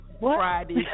Friday